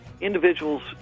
individuals